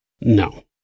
No